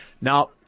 Now